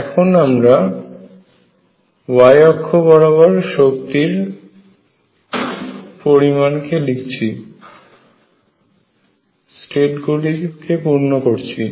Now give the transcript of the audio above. এখন আমরা y অক্ষ বরাবর শক্তির পরিমাণ কে লিখছি এবং স্টেট গুলিকে পূর্ণ করছি